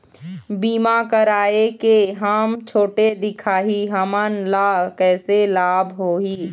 बीमा कराए के हम छोटे दिखाही हमन ला कैसे लाभ होही?